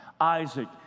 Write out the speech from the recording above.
Isaac